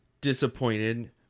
disappointed